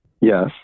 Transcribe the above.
yes